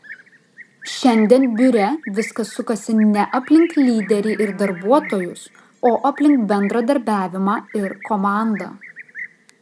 šiandien biure viskas sukasi ne aplink lyderį ir darbuotojus o aplink bendradarbiavimą ir komandą